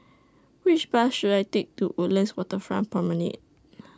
Which Bus should I Take to Woodlands Waterfront Promenade